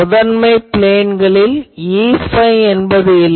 முதன்மை ப்ளேன்களில் Eϕ என்பது இல்லை